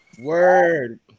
Word